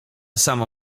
samo